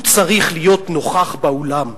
הוא צריך להיות נוכח באולם,